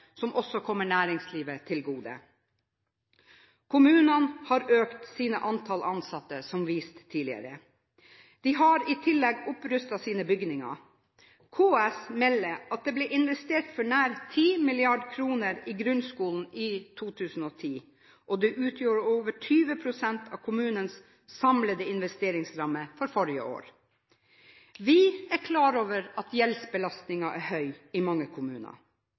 som også kommer næringslivet til gode. Kommunene har økt sine antall ansatte, som vist tidligere. De har i tillegg opprustet sine bygninger. KS melder at det ble investert for nær 10 mrd. kr i grunnskolen i 2010, og det utgjorde over 20 pst. av kommunenes samlede investeringsramme for forrige år. Vi er klar over at gjeldsbelastningen er høy i mange kommuner. Dette er et uttrykk for at mange kommuner